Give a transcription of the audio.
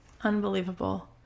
Unbelievable